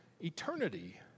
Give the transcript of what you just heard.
eternity